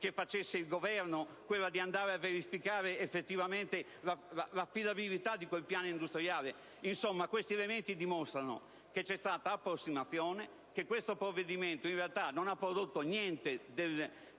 che il Governo verificasse effettivamente l'affidabilità di quel piano industriale. Insomma, questi elementi dimostrano che c'è stata approssimazione, che questo provvedimento in realtà non ha prodotto niente